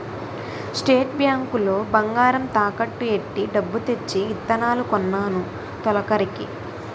state bank లో బంగారం తాకట్టు ఎట్టి డబ్బు తెచ్చి ఇత్తనాలు కొన్నాను తొలకరికి